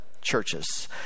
churches